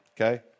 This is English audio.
Okay